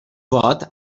vot